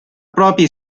proprie